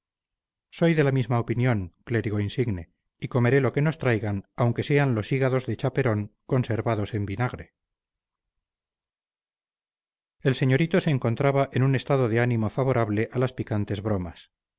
soy de la misma opinión clérigo insigne y comeré lo que nos traigan aunque sean los hígados de chaperón conservados en vinagre el señorito se encontraba en un estado de ánimo favorable a las picantes bromas